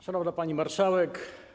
Szanowna Pani Marszałek!